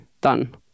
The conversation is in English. done